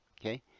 okay